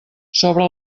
sobre